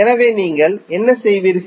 எனவே நீங்கள் என்ன செய்வீர்கள்